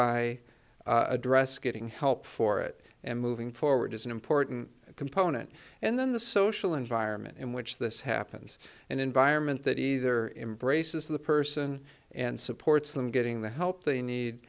i address getting help for it and moving forward is an important component and then the social environment in which this happens an environment that either embraces the person and supports them getting the help they need